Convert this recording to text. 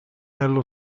nello